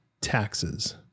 taxes